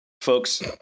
Folks